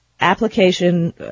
application